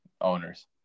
owners